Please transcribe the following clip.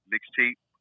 Mixtape